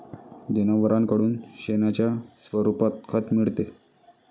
जनावरांकडून शेणाच्या स्वरूपात खत मिळते